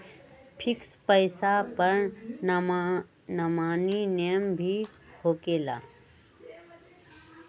Fix पईसा पर nominee name भी होकेला?